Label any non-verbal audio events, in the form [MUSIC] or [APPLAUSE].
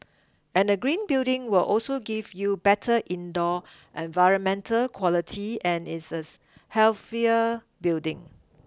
and a green building will also give you better indoor environmental quality and is [UNINTELLIGIBLE] healthier building